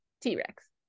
t-rex